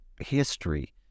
history